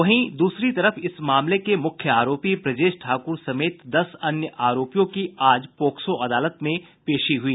वहीं दूसरी तरफ इस मामले के मुख्य आरोपी ब्रजेश ठाकूर समेत दस अन्य आरोपियों की आज पोक्सो अदालत में पेशी हुई